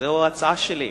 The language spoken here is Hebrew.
זו ההצעה שלי.